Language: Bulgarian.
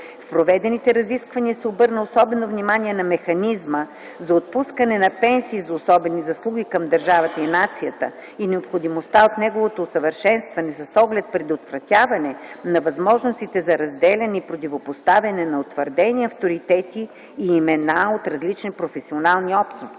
В проведените разисквания се обърна особено внимание на механизма за отпускането на пенсиите за особени заслуги към държавата и нацията и необходимостта от неговото усъвършенстване с оглед предотвратяване на възможностите за разделяне и противопоставяне на утвърдени авторитети и имена от различни професионални общности.